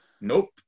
Nope